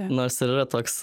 nors ir yra toks